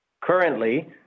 Currently